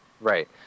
Right